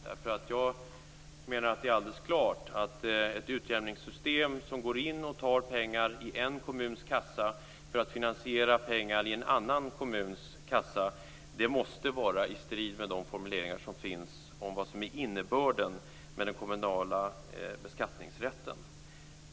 Det är alldeles klart att ett utjämningssystem som tar pengar från en kommuns kassa för att finansiera utgifter i en annan kommuns kassa måste varar i strid med de formuleringar som finns om innebörden i den kommunala beskattningsrätten.